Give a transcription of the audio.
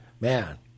man